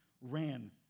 ran